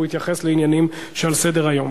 והוא יתייחס לעניינים שעל סדר-היום.